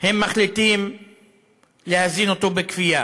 הם מחליטים להזין אותו בכפייה.